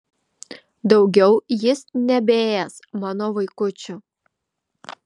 daugiau jis nebeės mano vaikučių